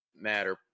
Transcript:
matter